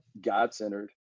God-centered